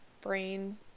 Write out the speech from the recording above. brain